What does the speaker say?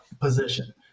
position